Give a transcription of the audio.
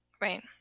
right